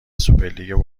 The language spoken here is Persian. سوپرلیگ